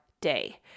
day